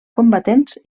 combatents